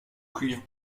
cuivre